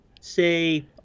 say